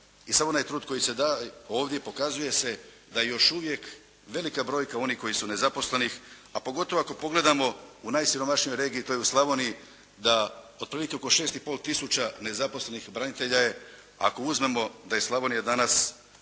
i sav onaj trud koji se daje ovdje pokazuje se da još uvijek velika brojka onih koji su nezaposleni, a pogotovo ako pogledamo u najsiromašnijoj regiji, a to je u Slavoniji da otprilike oko 6 i pol tisuća nezaposlenih branitelja je, ako uzmemo da je Slavonija danas